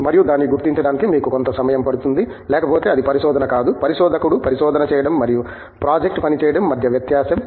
మరియు దాన్ని గుర్తించడానికి మీకు కొంత సమయం పడుతుంది లేకపోతే అది పరిశోధన కాదు పరిశోధకుడు పరిశోధన చేయడం మరియు ప్రాజెక్ట్ పని చేయడం మధ్య వ్యత్యాసం